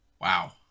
wow